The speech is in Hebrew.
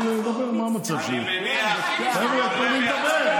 כל שנייה, חבר'ה, תנו לי לדבר.